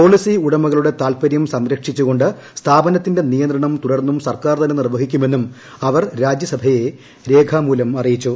policy ഉടമകളുടെ താത്പര്യം സംരക്ഷിച്ചു കൊണ്ട് സ്ഥാപനത്തിന്റെ നിയന്ത്രണം തുടർന്നും സർക്കാർ തന്നെ നിർവ്വഹിക്കുമെന്നും അവർ രാജ്യസഭയെ രേഖാമൂലം അറിയിച്ചു